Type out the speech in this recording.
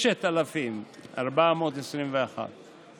כ-6,421 שקלים.